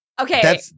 okay